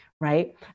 Right